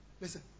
listen